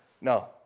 No